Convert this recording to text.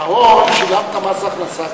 על ההון שילמת מס הכנסה,